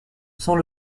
sans